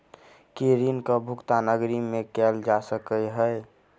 की ऋण कऽ भुगतान अग्रिम मे कैल जा सकै हय?